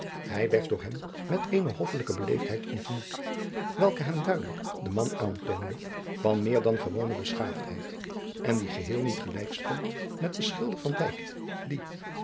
hij werd door hem met eene hoffelijke beleefdheid ontmoet welke hem duidelijk den man aantoonde van meer dan gewone beschaafdheid en die geheel niet gelijk stond met den schilder van